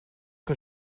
que